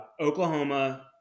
Oklahoma